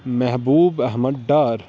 Mehboob Ahmad Dar